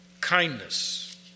kindness